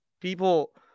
people